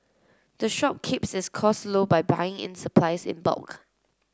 the shop keeps its costs low by buying in supplies in bulk